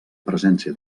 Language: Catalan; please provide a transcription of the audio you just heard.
presència